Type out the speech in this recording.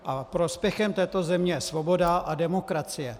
A prospěchem této země je svoboda a demokracie.